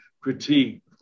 critique